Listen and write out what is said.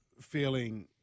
feeling